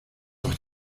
doch